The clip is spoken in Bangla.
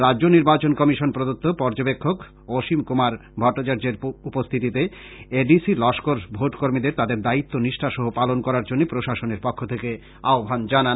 রাজ্য নির্বাচন কমিশন প্রদত্ত পর্যবেক্ষক অসীম কুমার ভট্ট াচার্যের উপস্থিতিতে এ ডি সি লস্কর ভোটকর্মীদের তাদের দায়িত্ব নিষ্ঠাসহ পালন করার জন্য প্রশাসনের পক্ষ থেকে আহ্বান জানান